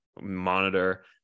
monitor